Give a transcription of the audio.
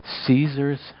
Caesar's